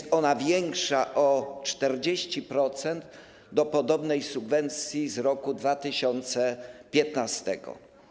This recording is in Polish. Była ona większa o 40% do podobnej subwencji z roku 2015.